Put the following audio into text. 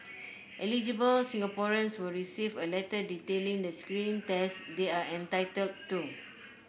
eligible Singaporeans will receive a letter detailing the screening tests they are entitled to